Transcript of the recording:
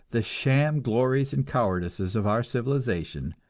the sham glories and cowardices of our civilization,